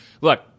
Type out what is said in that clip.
look